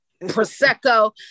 Prosecco